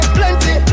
plenty